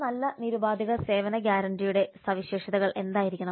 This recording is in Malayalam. ഒരു നല്ല നിരുപാധിക സേവന ഗ്യാരണ്ടിയുടെ സവിശേഷതകൾ എന്തായിരിക്കണം